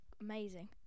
amazing